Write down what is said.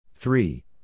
Three